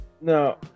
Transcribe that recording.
No